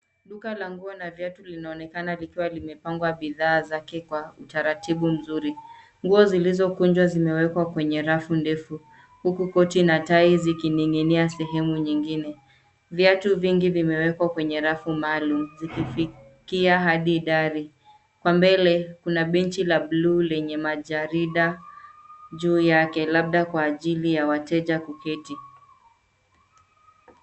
Duka la nguo na viatu linaonekana likiwa limepangwa bidhaa zake kwa utaratibu mzuri. Nguo zilizokunjwa zimewekwa kwenye rafu ndefu huku koti na tai zikining'inia sehemu nyingine. Viatu vingi vimewekwa kwenye rafu maalum zikifikia hadi dari. Kwa mbele, kuna benchi la buluu lenye majarida juu yake labda kwa ajili ya wateja kuketi.